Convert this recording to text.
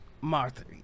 Martha